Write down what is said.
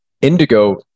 Indigo